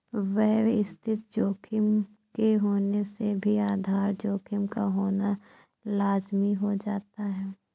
व्यवस्थित जोखिम के होने से भी आधार जोखिम का होना लाज़मी हो जाता है